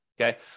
Okay